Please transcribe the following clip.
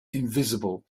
invisible